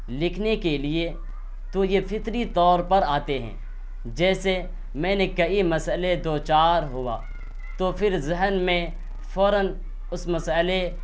لکھنے کے لیے تو یہ فطری طور پر آتے ہیں جیسے میں نے کئی مسئلے دو چار ہوا تو پھر ذہن میں فوراً اس مسئلے